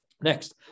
Next